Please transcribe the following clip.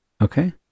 Okay